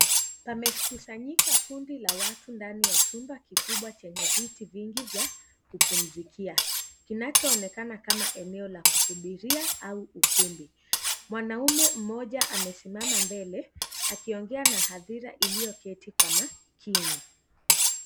Pamekusanyika kundi la watu ndani ya chumba kikubwa chenye viti vingi vya kupumzikia, kinachoonekana kama eneo la kusubiria au ukumbi, mwanaume mmoja amesimama mbele akiongea na hathira ilioketi kwa makini.